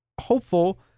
hopeful